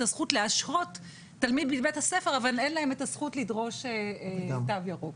הזכות להשעות תלמיד מבית ספר אבל אין להם את הזכות לדרוש תו ירוק.